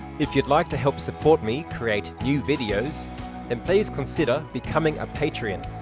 if you'd like to help support me create new videos and please consider becoming a patreon.